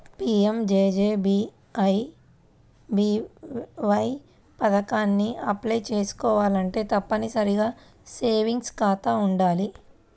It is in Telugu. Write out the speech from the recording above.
పీయంజేజేబీవై పథకానికి అప్లై చేసుకోవాలంటే తప్పనిసరిగా సేవింగ్స్ ఖాతా వుండాలి